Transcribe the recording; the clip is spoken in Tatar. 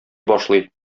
башлый